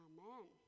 Amen